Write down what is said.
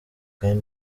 kandi